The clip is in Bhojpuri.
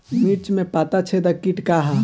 मिर्च में पता छेदक किट का है?